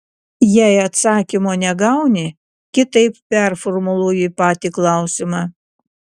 jei atsakymo negauni kitaip performuluoji patį klausimą